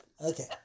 Okay